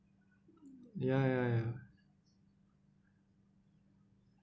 ya ya ya